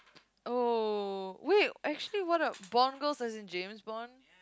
oh wait actually what are Bond Girls as in James-Bond